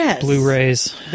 Blu-rays